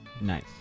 Nice